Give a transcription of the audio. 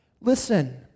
Listen